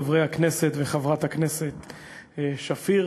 חברי הכנסת וחברת הכנסת שפיר,